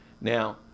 Now